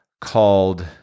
called